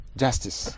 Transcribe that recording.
justice